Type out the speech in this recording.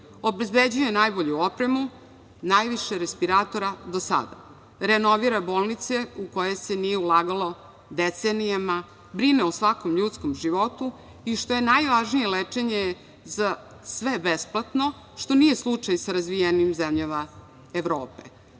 obezbeđuje najbolju opremu, najviše respiratora do sada, renovira bolnice u koje se nije ulagalo decenijama, brine o svakom ljudskom životu i, što je najvažnije, lečenje je za sve besplatno, što nije slučaj sa razvijenim zemljama Evropa. Sada